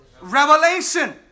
revelation